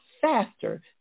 faster